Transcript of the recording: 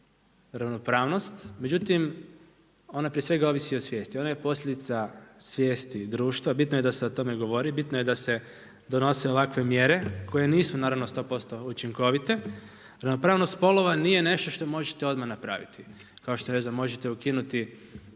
međutim ona prije svega ovisi o svijesti. Ona je posljedica svijesti i društva. Bitno je da se o tome govori, bitno je da se donose ovakve mjere koje nisu naravno sto posto učinkovite. Ravnopravnost spolova nije nešto što možete odmah napraviti kao što možete reći da možete ukinuti